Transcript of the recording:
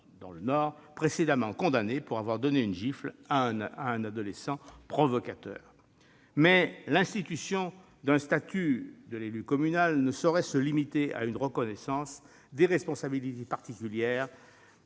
dans le Nord, précédemment condamné pour avoir donné une gifle à un adolescent provocateur. Mais l'institution d'un statut de l'élu communal ne saurait se limiter à une reconnaissance des responsabilités particulières